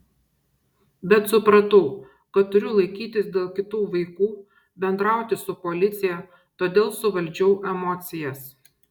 bet supratau kad turiu laikytis dėl kitų vaikų bendrauti su policija todėl suvaldžiau emocijas